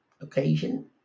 occasion